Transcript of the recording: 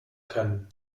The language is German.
können